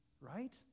Right